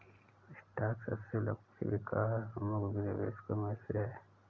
stock सबसे लोकप्रिय विकास उन्मुख निवेशों में से है